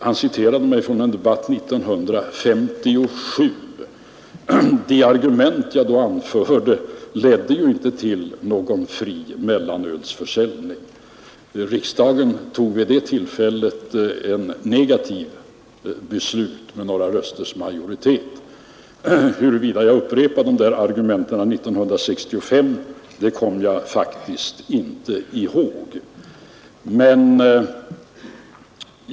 Han citerade mig från en debatt 1957. De argument jag då anförde ledde ju inte till någon fri mellanölsförsäljning; riksdagen tog vid det tillfället ett negativt beslut med några rösters majoritet. Huruvida jag upprepade de där argumenten 1965 kommer jag faktiskt inte ihåg.